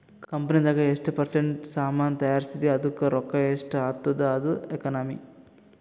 ಕಂಪನಿದಾಗ್ ಎಷ್ಟ ಪರ್ಸೆಂಟ್ ಸಾಮಾನ್ ತೈಯಾರ್ಸಿದಿ ಅದ್ದುಕ್ ರೊಕ್ಕಾ ಎಷ್ಟ ಆತ್ತುದ ಅದು ಎಕನಾಮಿ